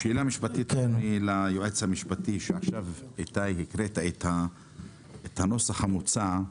שאלה משפטית ליועץ המשפטי שעכשיו קרא את הנוסח המוצע.